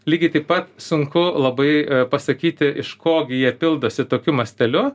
lygiai taip pat sunku labai pasakyti iš ko gi jie pildosi tokiu masteliu